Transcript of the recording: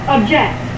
Object